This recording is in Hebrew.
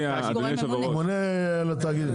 הממונה על התאגיד,